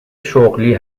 شغلی